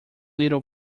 little